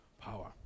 Power